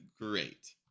great